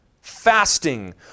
fasting